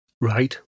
Right